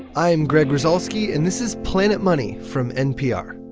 i'm greg rosalsky and this is planet money from npr